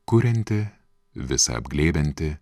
kurianti visa apglėbianti